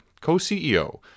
Co-CEO